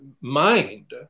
mind